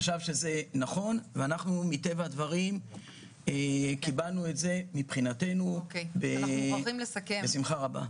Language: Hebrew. חשב שזה נכון ואנחנו מטבע הדברים קיבלנו את זה מבחינתנו בשמחה רבה.